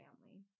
family